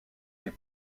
des